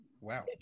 Wow